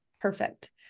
Perfect